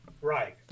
Right